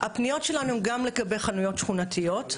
הפניות שלנו הן גם לגבי חנויות שכונתיות.